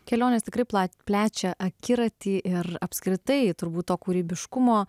kelionės tikrai plat plečia akiratį ir apskritai turbūt to kūrybiškumo